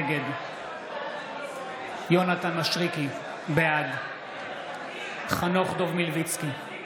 נגד יונתן מישרקי, בעד חנוך דב מלביצקי,